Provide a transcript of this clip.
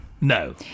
No